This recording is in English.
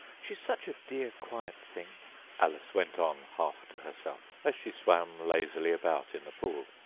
she is such a dear quiet thing alice went on, half to herself, as she swam lazily about in the pool,